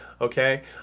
okay